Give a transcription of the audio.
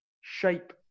shape